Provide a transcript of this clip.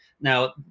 Now